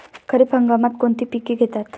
खरीप हंगामात कोणती पिके घेतात?